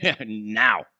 now